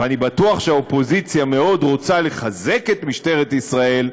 ואני בטוח שהאופוזיציה מאוד רוצה לחזק את משטרת ישראל,